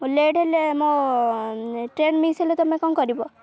late ହେଲେ ମୋ train miss ହେଲେ ତମେ କ'ଣ କରିବ